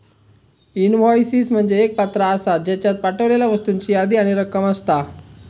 invoices म्हणजे एक पत्र आसा, ज्येच्यात पाठवलेल्या वस्तूंची यादी आणि रक्कम असता